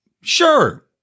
sure